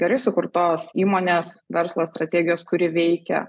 gerai sukurtos įmonės verslo strategijos kuri veikia